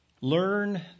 learn